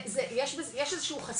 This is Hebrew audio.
יש איזשהו חסם פסיכולוגי.